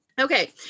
Okay